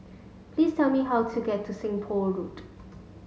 please tell me how to get to Seng Poh Road